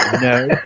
no